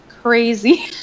Crazy